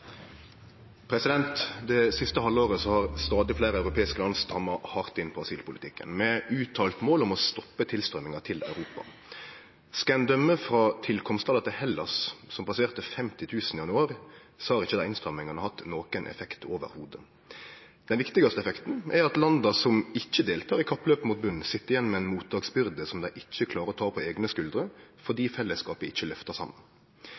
Det siste halvåret har stadig fleire europeiske land stramma hardt inn på asylpolitikken, med eit uttalt mål om å stoppe tilstrøyminga til Europa. Skal ein døme etter ankomstane til Hellas, som passerte 50 000 i januar, har ikkje innstrammingane hatt nokon effekt i det heile. Den viktigaste effekten er at landa som ikkje deltek i kappløpet mot botnen, sit igjen med ei mottaksbyrde som dei ikkje klarer å ta på eigne skuldrer fordi fellesskapet ikkje løftar saman.